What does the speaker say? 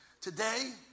Today